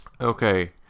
Okay